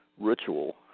ritual